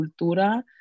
cultura